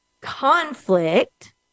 conflict